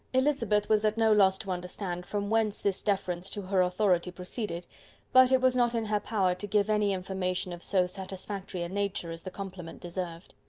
elizabeth was at no loss to understand from whence this deference to her authority proceeded but it was not in her power to give any information of so satisfactory a nature as the compliment deserved.